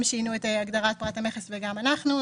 הם שינו את הגדרת פרט המכס וגם אנחנו,